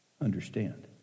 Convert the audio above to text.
understand